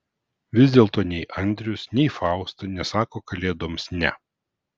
vis dėlto nei andrius nei fausta nesako kalėdoms ne